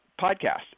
podcast